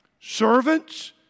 Servants